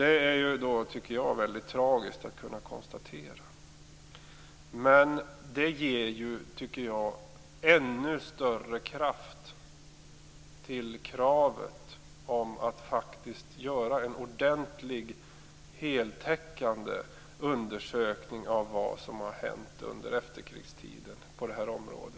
Det är väldigt tragiskt att konstatera, men det lägger ännu större kraft bakom kravet på att vi faktiskt skall göra en ordentlig heltäckande undersökning av vad som har hänt under efterkrigstiden på detta område.